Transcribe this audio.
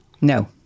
No